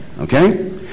okay